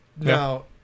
Now